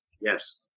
Yes